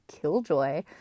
killjoy